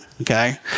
okay